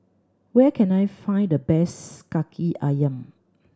where can I find the best Kaki Ayam